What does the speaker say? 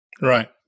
Right